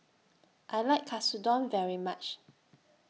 I like Katsudon very much